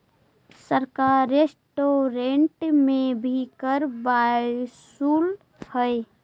सरकार रेस्टोरेंट्स से भी कर वसूलऽ हई